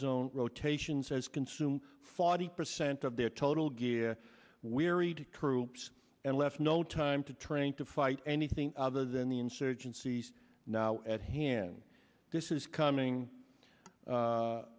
known rotations as consume forty percent of their total gear weary to crew and left no time to train to fight anything other than the insurgency now at hand this is coming